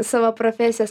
savo profesijos